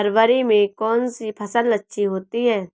फरवरी में कौन सी फ़सल अच्छी होती है?